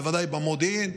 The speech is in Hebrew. בוודאי במודיעין,